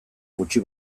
gutxi